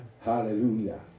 Hallelujah